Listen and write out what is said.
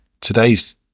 today's